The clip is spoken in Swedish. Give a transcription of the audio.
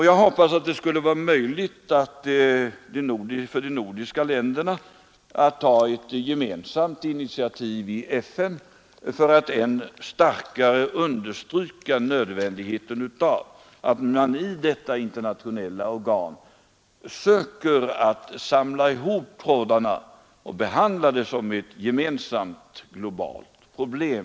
Jag hoppas att det skall vara möjligt för de nordiska länderna att ta ett gemensamt initiativ i FN för att än starkare understryka nödvändigheten av att man försöker samla ihop trådarna till detta internationella organ i syftet att åstadkomma framkomliga lösningar och behandla spörsmålet som ett gemensamt globalt problem.